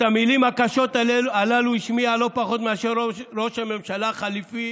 את המילים הקשות הללו השמיע לא פחות מאשר ראש הממשלה החליפי